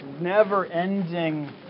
never-ending